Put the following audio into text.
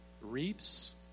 reaps